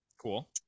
cool